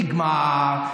נגמר.